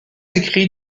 écrit